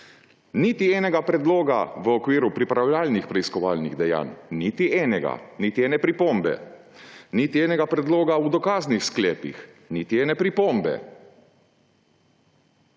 Niti enega predloga v okviru pripravljalnih preiskovalnih dejanj, niti ene pripombe, niti enega predloga v dokaznih sklepih, niti ene pripombe.